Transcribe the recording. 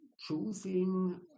choosing